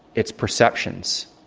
it's perceptions.